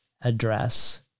address